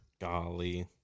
Golly